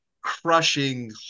crushing